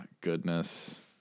goodness